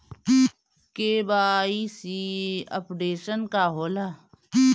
KYC updation का होखेला?